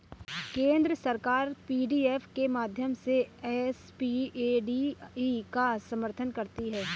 केंद्र सरकार पी.डी.एफ के माध्यम से एस.पी.ए.डी.ई का समर्थन करती है